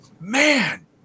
man